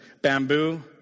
bamboo